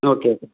okay okay